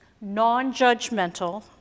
non-judgmental